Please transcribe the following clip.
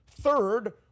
third